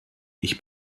ich